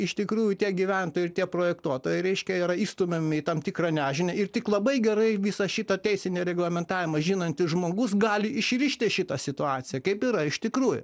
iš tikrųjų tie gyventojai ir tie projektuotojai reiškia yra išstumiami į tam tikrą nežinią ir tik labai gerai visą šitą teisinį reglamentavimą žinantis žmogus gali išrišti šitą situaciją kaip yra iš tikrųjų